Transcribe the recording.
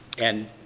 and,